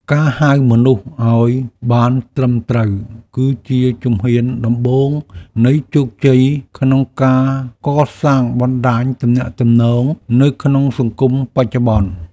ការហៅមនុស្សឱ្យបានត្រឹមត្រូវគឺជាជំហានដំបូងនៃជោគជ័យក្នុងការកសាងបណ្ដាញទំនាក់ទំនងនៅក្នុងសង្គមបច្ចុប្បន្ន។